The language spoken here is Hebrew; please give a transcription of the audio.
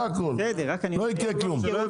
אתה חושב